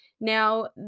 Now